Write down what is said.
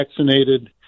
vaccinated